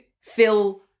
fill